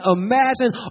imagine